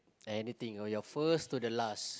anything or your first to the last